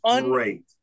great